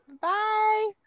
Bye